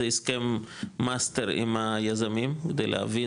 זה הסכם מסטר עם היזמים כדי להבין,